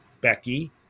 Becky